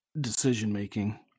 decision-making